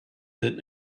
that